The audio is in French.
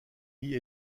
lee